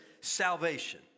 salvation